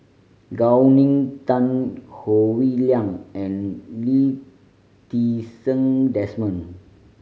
Gao Ning Tan Howe Liang and Lee Ti Seng Desmond